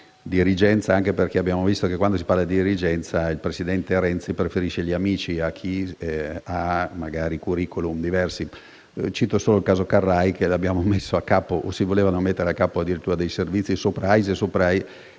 dirigenza, anche perché abbiamo visto che, quando si parla di dirigenza, il presidente Renzi preferisce gli amici a chi magari ha *curriculum* diversi. Cito il caso Carrai, che si voleva mettere a capo addirittura dei servizi sopra AISI e AISE,